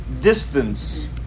distance